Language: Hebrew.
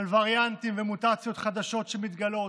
על וריאנטים ומוטציות חדשות שמתגלים,